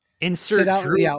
Insert